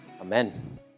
Amen